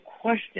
question